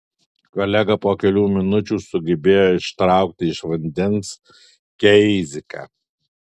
kolega po kelių minučių sugebėjo ištraukti iš vandens keiziką